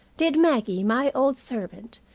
did maggie, my old servant,